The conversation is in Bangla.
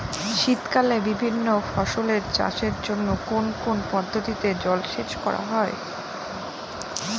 শীতকালে বিভিন্ন ফসলের চাষের জন্য কোন কোন পদ্ধতিতে জলসেচ করা হয়?